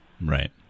Right